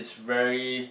very